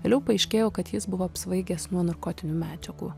vėliau paaiškėjo kad jis buvo apsvaigęs nuo narkotinių medžiagų